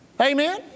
Amen